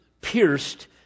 pierced